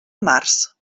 març